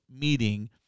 meeting